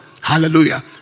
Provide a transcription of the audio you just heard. Hallelujah